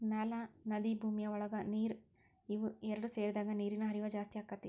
ಮ್ಯಾಲ ನದಿ ಭೂಮಿಯ ಒಳಗ ನೇರ ಇವ ಎರಡು ಸೇರಿದಾಗ ನೇರಿನ ಹರಿವ ಜಾಸ್ತಿ ಅಕ್ಕತಿ